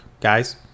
guys